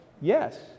yes